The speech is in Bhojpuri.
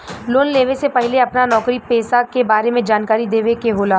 लोन लेवे से पहिले अपना नौकरी पेसा के बारे मे जानकारी देवे के होला?